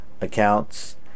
accounts